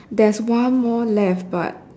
there's one more left but